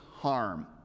harm